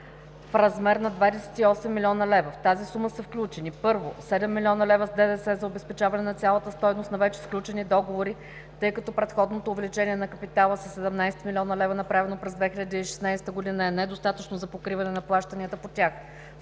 в размер на 28 млн. лв. В тази сума са включени: 1. 7 млн. лв. с ДДС за обезпечаване на цялата стойност на вече сключените договори, тъй като предходното увеличение на капитала на НДК със 17 млн. лв. лева, направено през 2016 г. е недостатъчно за покриване на плащанията по тях.